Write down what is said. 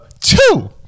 two